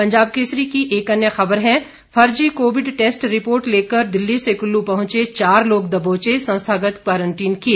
पंजाब केसरी की एक अन्य खबर है फर्जी कोविड टेस्ट रिपोर्ट लेकर दिल्ली से कुल्लू पहुंचे चार लोग दबोचे संस्थागत क्वारंटीन किए